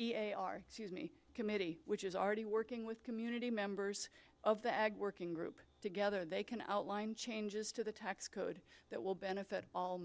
e a r n e committee which is already working with community members of the ag working group together they can outline changes to the tax code that will benefit all